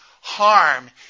harm